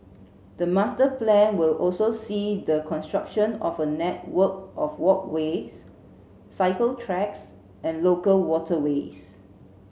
the master plan will also see the construction of a network of walkways cycle tracks and local waterways